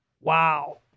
Wow